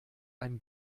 ein